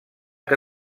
que